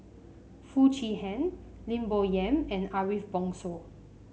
Foo Chee Han Lim Bo Yam and Ariff Bongso